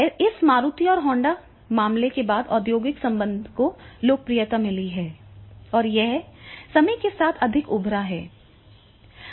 इस मारुति और होंडा मामले के बाद औद्योगिक संबंध को लोकप्रियता मिली है और यह समय के साथ अधिक उभरा है